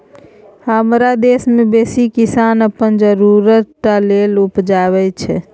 हमरा देश मे बेसी किसान अपन जरुरत टा लेल उपजाबै छै